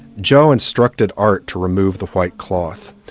joe instructed art to remove the white cloth.